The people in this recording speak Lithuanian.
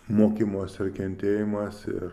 mokymas ir kentėjimas ir